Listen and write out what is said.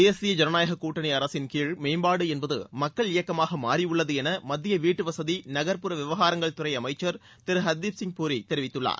தேசிய ஜனநாயக கூட்டணி அரசின் கீழ் மேம்பாடு என்பது மக்கள் இயக்கமாக மாறியுள்ளது என மத்திய வீட்டுவகதி நகர்ப்புற விவகாரங்கள் துறை அமைச்சர் திரு ஹர்தீப் சிங் பூரி கூறியுள்ளார்